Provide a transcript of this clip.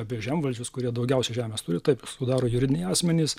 apie žemvaldžius kurie daugiausia žemės turi taip sudaro juridiniai asmenys